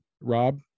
Rob